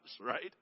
right